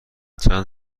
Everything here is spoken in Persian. چند